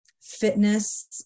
Fitness